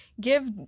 give